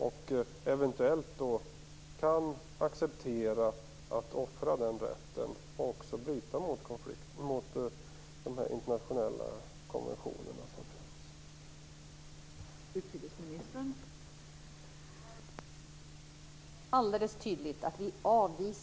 Man kan eventuellt acceptera att den rätten offras, och därmed bryta mot de internationella konventioner som finns.